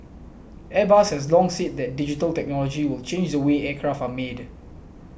Airbus has long said that digital technology will change the way aircraft are made